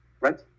right